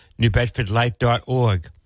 newbedfordlight.org